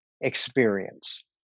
experience